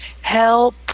help